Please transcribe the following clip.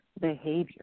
behavior